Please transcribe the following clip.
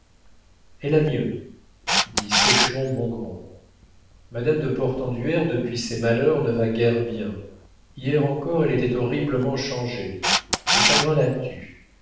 elle a mieux dit sèchement bongrand madame de portenduère depuis ses malheurs ne va guère bien hier encore elle était horriblement changée le chagrin la tue